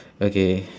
okay